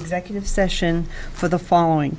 executive session for the following